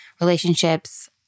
Relationships